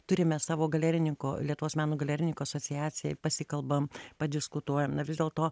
turime savo galerininkų lietuvos meno galerininkų asociacijai pasikalbam padiskutuojam na vis dėlto